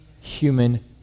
human